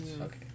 Okay